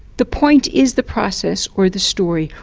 the point is the process, or the story,